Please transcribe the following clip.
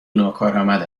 ناکارآمد